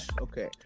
Okay